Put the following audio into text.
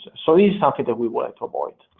so this is something that we want to avoid.